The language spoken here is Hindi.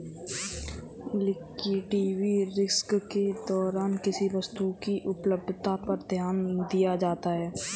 लिक्विडिटी रिस्क के दौरान किसी वस्तु की उपलब्धता पर ध्यान दिया जाता है